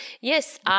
Yes